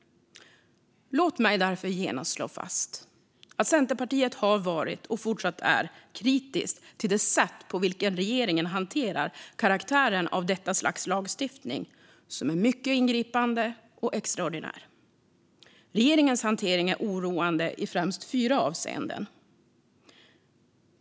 Låt mig därför genast slå fast att Centerpartiet har varit och fortsatt är kritiskt till det sätt på vilket regeringen hanterar detta slags lagstiftning, som till sin karaktär är mycket ingripande och extraordinär. Regeringens hantering är oroande i främst fyra avseenden.